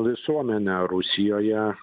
visuomenę rusijoje